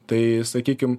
tai sakykim